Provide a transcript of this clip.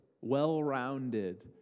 well-rounded